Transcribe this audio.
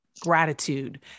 gratitude